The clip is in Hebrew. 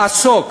לעסוק